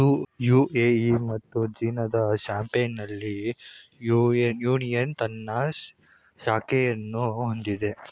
UAE ಮತ್ತು ಚೀನಾದ ಶಾಂಘೈನಲ್ಲಿ ಯೂನಿಯನ್ ತನ್ನ ಶಾಖೆಯನ್ನು ಹೊಂದಿದೆ